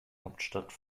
hauptstadt